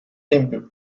dem